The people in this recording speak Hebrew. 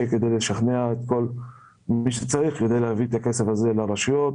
כדי את כל מי שצריך כדי להביא את הכסף הזה לרשויות.